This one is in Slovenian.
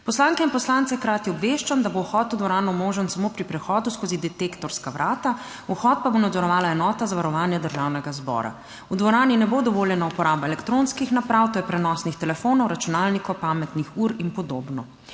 Poslanke in poslance hkrati obveščam, da bo vhod v dvorano možen samo pri prehodu skozi detektorska vrata, vhod pa bo nadzorovala Enota za varovanje Državnega zbora. V dvorani ne bo dovoljena uporaba elektronskih naprav, to je prenosnih telefonov, računalnikov, pametnih ur in podobno.